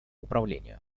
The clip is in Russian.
управлению